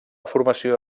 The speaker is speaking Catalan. formació